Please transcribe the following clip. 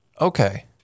Okay